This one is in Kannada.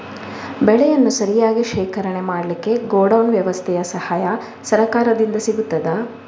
ಬೆಳೆಯನ್ನು ಸರಿಯಾಗಿ ಶೇಖರಣೆ ಮಾಡಲಿಕ್ಕೆ ಗೋಡೌನ್ ವ್ಯವಸ್ಥೆಯ ಸಹಾಯ ಸರಕಾರದಿಂದ ಸಿಗುತ್ತದಾ?